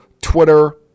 Twitter